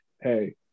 hey